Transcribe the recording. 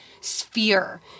sphere